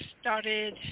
started